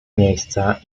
miejsca